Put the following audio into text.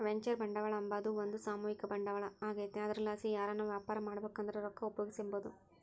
venture ಬಂಡವಾಳ ಅಂಬಾದು ಒಂದು ಸಾಮೂಹಿಕ ಬಂಡವಾಳ ಆಗೆತೆ ಅದರ್ಲಾಸಿ ಯಾರನ ವ್ಯಾಪಾರ ಮಾಡ್ಬಕಂದ್ರ ರೊಕ್ಕ ಉಪಯೋಗಿಸೆಂಬಹುದು